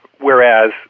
whereas